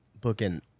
booking